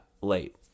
late